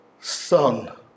Son